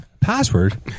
Password